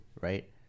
right